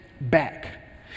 back